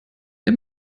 ein